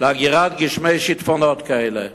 לאגירת גשמי שיטפונות כאלה.